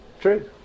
true